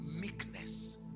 meekness